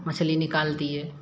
मछली निकालतियै